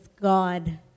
God